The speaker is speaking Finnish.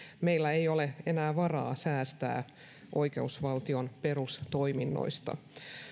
meillä ei ole enää varaa säästää oikeusvaltion perustoiminnoista